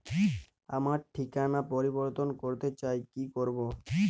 আমার ঠিকানা পরিবর্তন করতে চাই কী করব?